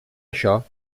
això